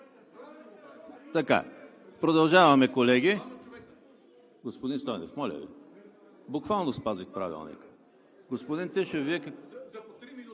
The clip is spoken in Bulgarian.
Продължаваме, колеги!